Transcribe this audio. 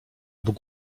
bóg